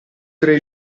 tre